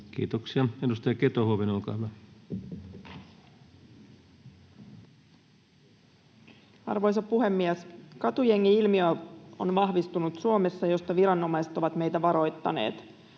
Kiitoksia. — Edustaja Keto-Huovinen, olkaa hyvä. Arvoisa puhemies! Katujengi-ilmiö on vahvistunut Suomessa, ja viranomaiset ovat meitä siitä varoittaneet.